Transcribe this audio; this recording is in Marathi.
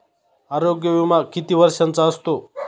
आरोग्य विमा किती वर्षांचा असतो?